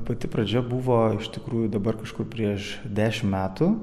pati pradžia buvo iš tikrųjų dabar kažkur prieš dešim metų